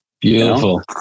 Beautiful